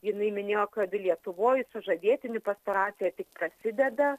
jinai minėjo kad lietuvoj sužadėtinių pastoracija tik prasideda